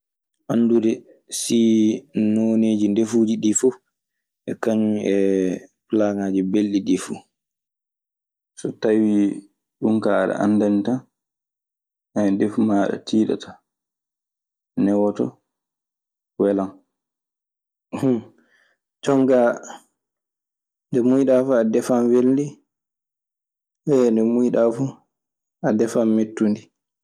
Anndude sii nooneeji ndefuuji ɗii fuf e kañun e plaŋaaji belɗi ɗii fu. So tawii ɗun kaa aɗe anndani tan. ndefu maaɗa tiiɗataa, newoto, welan. Jonkaa nde muuyɗaa fu a defan welndi e nde muuyɗaa fu a defan mettundi.